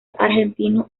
argentino